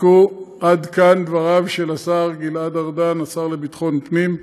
עד כאן דבריו של השר גלעד ארדן, השר לביטחון פנים,